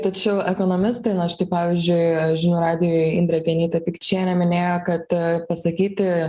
tačiau ekonomistai na štai pavyzdžiui žinių radijui indrė genytė pikčienė minėjo kad pasakyti